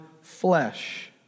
flesh